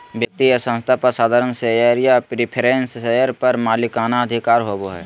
व्यक्ति या संस्था पर साधारण शेयर या प्रिफरेंस शेयर पर मालिकाना अधिकार होबो हइ